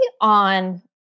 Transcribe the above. on